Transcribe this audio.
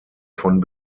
von